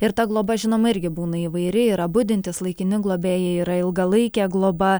ir ta globa žinoma irgi būna įvairi yra budintys laikini globėjai yra ilgalaikė globa